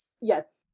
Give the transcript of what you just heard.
Yes